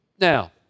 now